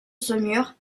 saumur